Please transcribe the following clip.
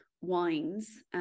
wines